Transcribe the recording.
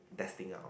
testing out